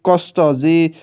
কষ্ট যি